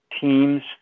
teams